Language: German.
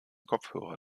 kopfhörer